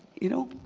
you know?